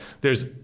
theres